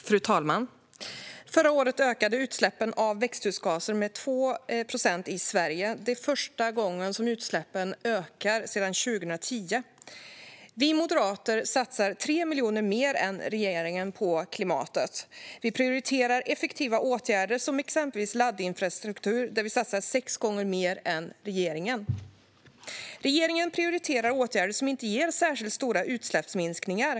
Fru talman! Förra året ökade utsläppen av växthusgaser med 2 procent i Sverige. Det är första gången som utsläppen ökar sedan 2010. Vi moderater satsar 3 miljoner mer än regeringen på klimatet. Vi prioriterar effektiva åtgärder, exempelvis laddinfrastruktur, där vi satsar sex gånger mer än regeringen. Regeringen prioriterar åtgärder som inte ger särskilt stora utsläppsminskningar.